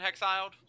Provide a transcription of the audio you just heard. Hexiled